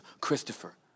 Christopher